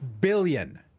billion